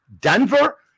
Denver